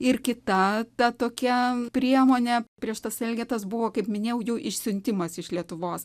ir kita ta tokia priemonė prieš tas elgetas buvo kaip minėjau jų išsiuntimas iš lietuvos